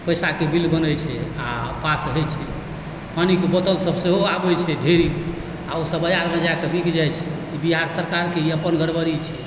पैसाके बिल बनै छै आओर पास होइ छै पानिके बोतल सब सेहो आबै छै ढ़ेरी आओर ओ सब बजारमे जाकऽ बिक जाइ छै बिहार सरकारके ई अपन गड़बड़ी छै